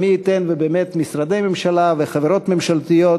ומי ייתן ובאמת משרדי ממשלה וחברות ממשלתיות,